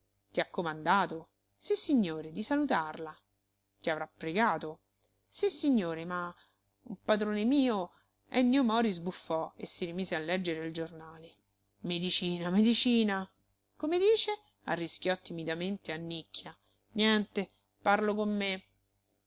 ti ha comandato sissignore di salutarla ti avrà pregato sissignore ma un padrone mio ennio mori sbuffò e si rimise a leggere il giornale medicina medicina come dice arrischiò timidamente annicchia niente parlo con me